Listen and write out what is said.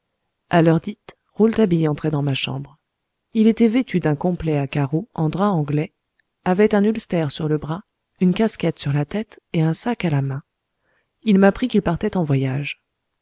à l'heure dite rouletabille entrait dans ma chambre il était vêtu d'un complet à carreaux en drap anglais avait un ulster sur le bras une casquette sur la tête et un sac à la main il m'apprit qu'il partait en voyage